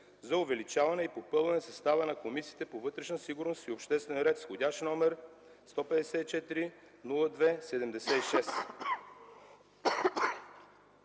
за увеличаване и попълване състава на Комисията по вътрешна сигурност и обществен ред, № 154-02-76.